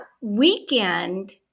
weekend